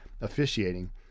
officiating